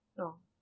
no